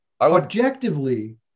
objectively